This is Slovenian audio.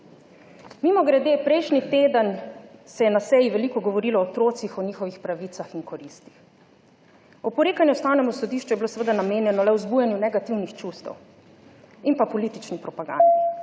Mimogrede, prejšnji teden se je na seji veliko govorilo o otrocih, o njihovih pravicah in koristih. Oporekanje Ustavnemu sodišču je bilo seveda namenjeno le vzbujanju negativnih čustev in politični propagandi.